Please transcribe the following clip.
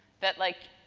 that, like